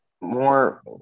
more